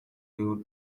your